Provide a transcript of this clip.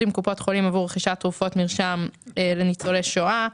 עם קופות חולים עבור רכישת תרופות מרשם לניצולי שואה,